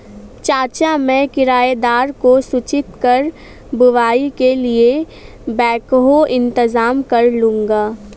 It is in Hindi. चाचा मैं किराएदार को सूचित कर बुवाई के लिए बैकहो इंतजाम करलूंगा